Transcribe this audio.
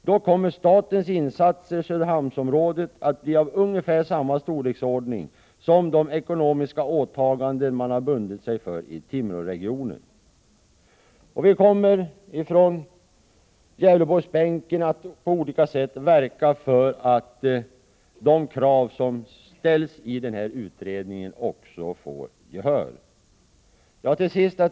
Då kommer statens insatser i Söderhamnsområdet att bli av ungefär samma storleksordning som de ekonomiska åtaganden man har bundit sig för i Timråregionen. Vi kommer från Gävleborgsbänken att på olika sätt verka för att de förslag som läggs fram i den här utredningen också kommer till utförande.